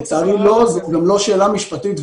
לצערי זאת גם לא שאלה משפטית,